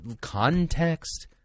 Context